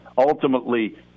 Ultimately